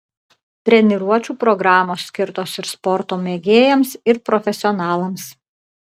treniruočių programos skirtos ir sporto mėgėjams ir profesionalams